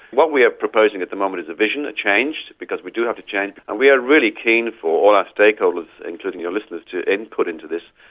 what we are proposing at the moment is a vision, a change, because we do have to change, and we are really keen for all our stakeholders including your listeners to input into this.